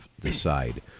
decide